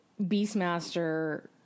Beastmaster